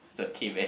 it's okay man